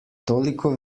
toliko